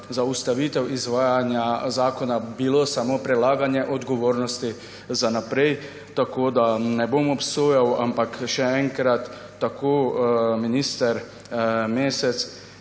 zaustavitev izvajanja zakona bilo samo prelaganje odgovornosti za naprej. Ne bom obsojal, ampak še enkrat, tako minister Mesec,